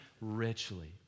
richly